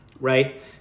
right